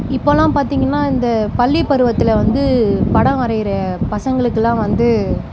இப்போலாம் பார்த்தீங்கன்னா இந்த பள்ளி பருவத்தில் வந்து படம் வரைகிற பசங்களுக்கெலாம் வந்து